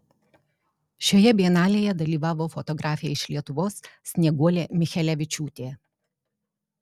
šioje bienalėje dalyvavo fotografė iš lietuvos snieguolė michelevičiūtė